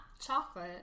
chocolate